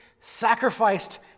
sacrificed